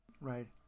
Right